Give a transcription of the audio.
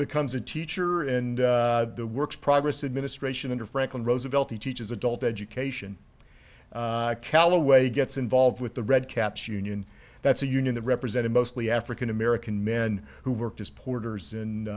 becomes a teacher and the works progress administration under franklin roosevelt who teaches adult education callaway gets involved with the red caps union that's a union that represented mostly african american men who worked as porters and